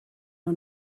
nhw